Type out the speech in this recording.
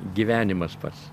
gyvenimas pats